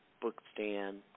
bookstand